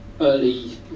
early